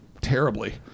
terribly